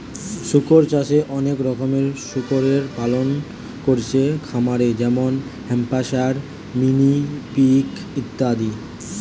শুকর চাষে অনেক রকমের শুকরের পালন কোরছে খামারে যেমন হ্যাম্পশায়ার, মিনি পিগ ইত্যাদি